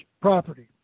property